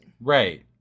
Right